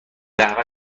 قهوه